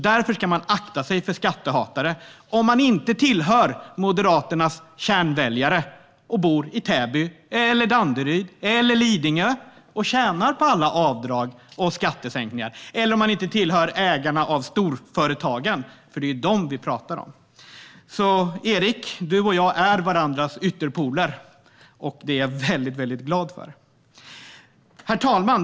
Därför ska man akta sig för skattehatare om man inte tillhör Moderaternas kärnväljare och bor i Täby, i Danderyd eller på Lidingö och tjänar på alla avdrag och skattesänkningar eller tillhör ägarna av storföretagen - det är dem vi pratar om. Erik! Du och jag är varandras motpoler - det är jag väldigt glad för. Herr talman!